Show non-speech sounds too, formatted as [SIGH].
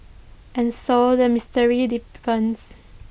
and so the mystery [UNINTELLIGIBLE] deepens